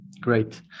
Great